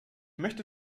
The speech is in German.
möchte